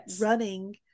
running